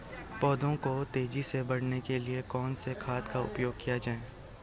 पौधों को तेजी से बढ़ाने के लिए कौन से खाद का उपयोग किया जाए?